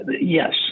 yes